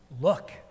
look